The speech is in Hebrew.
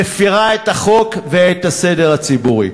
מפרה את החוק ואת הסדר הציבורי.